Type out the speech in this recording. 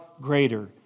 greater